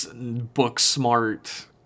book-smart